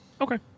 Okay